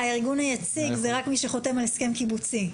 הארגון היציג הוא רק מי שחותם על הסכם קיבוצי.